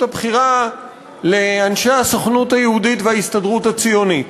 הבחירה לאנשי הסוכנות היהודית וההסתדרות הציונית.